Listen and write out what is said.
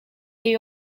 they